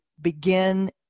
begin